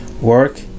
Work